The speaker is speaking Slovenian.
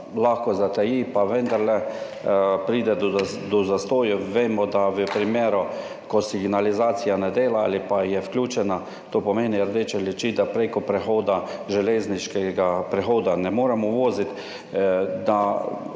lahko zataji in vendarle pride do zastojev. Vemo, da v primeru, ko signalizacija ne dela ali pa je vključena, to pomeni rdeče luči, preko železniškega prehoda ne moremo voziti, da